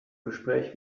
gespräch